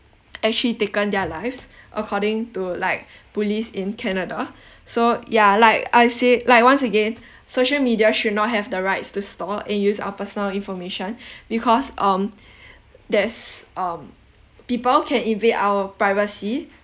actually taken their lives according to like bullies in canada so ya like I've said like once again social media should not have the rights to store and use our personal information because um there's um people can invade our privacy